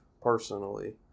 personally